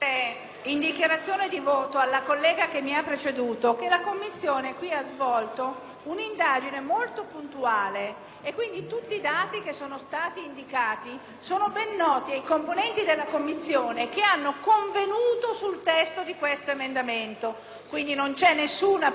un'indagine molto puntuale e che quindi tutti i dati che sono stati indicati sono ben noti ai componenti della stessa, i quali hanno convenuto sul testo dell'emendamento. Quindi, non c'è nessuna primogenitura, ma un lavoro fatto costantemente e seriamente sull'argomento